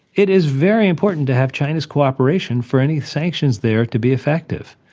it is very important to have china's cooperation for any sanctions there to be effective.